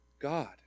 God